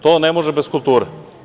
To ne može bez kulture.